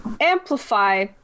amplify